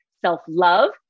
self-love